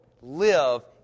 ...live